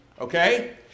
Okay